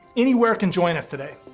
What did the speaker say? anywhere can join us today.